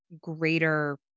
greater